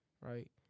right